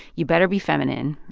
you better be feminine,